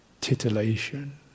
titillation